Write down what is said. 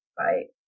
right